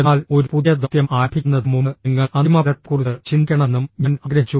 എന്നാൽ ഒരു പുതിയ ദൌത്യം ആരംഭിക്കുന്നതിന് മുമ്പ് നിങ്ങൾ അന്തിമഫലത്തെക്കുറിച്ച് ചിന്തിക്കണമെന്നും ഞാൻ ആഗ്രഹിച്ചു